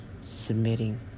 submitting